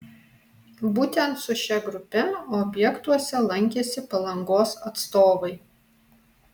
būtent su šia grupe objektuose lankėsi palangos atstovai